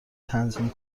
تنظیم